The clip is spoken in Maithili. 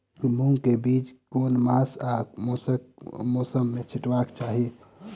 मूंग केँ बीज केँ मास आ मौसम मे छिटबाक चाहि?